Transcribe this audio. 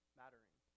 mattering